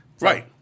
Right